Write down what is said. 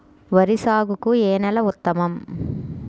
వరి సాగుకు ఏ నేల ఉత్తమం?